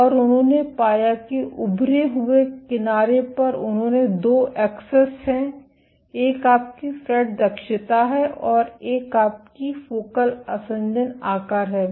और उन्होंने पाया कि उभरे हुए किनारे पर उन्होंने 2 एक्सेस हैं एक आपकी फ्रेट दक्षता है और एक आपकी फोकल आसंजन आकार है